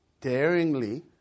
daringly